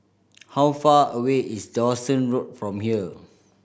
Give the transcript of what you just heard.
how far away is Dawson Road from here